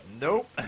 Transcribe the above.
Nope